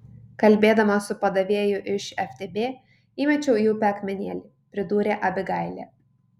kalbėdama su padavėju iš ftb įmečiau į upę akmenėlį pridūrė abigailė